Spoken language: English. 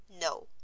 no